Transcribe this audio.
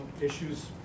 issues